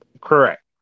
Correct